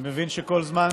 יש שר.